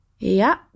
Yeah